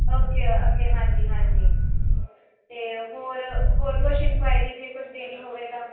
okay okay ਹਾਂਜੀ ਹਾਂਜੀ ਅਤੇ ਹੋਰ ਹੋਰ ਕੁਛ ਇਨਕੁਆਇਰੀ ਜੇ ਕੁਝ ਦੇਣੀ ਹੋਵੇ ਤਾਂ